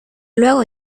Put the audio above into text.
luego